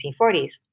1940s